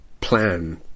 plan